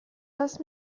دست